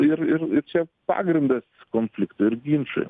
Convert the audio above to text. ir ir čia pagrindas konfliktui ir ginčui